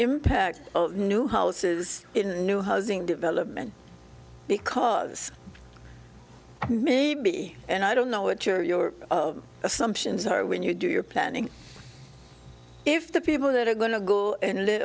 impact of new houses in new housing development because maybe and i don't know what your your assumptions are when you do your planning if the people that are going to go and live